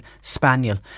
spaniel